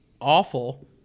awful